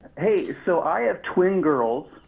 hey, so i have twin girls,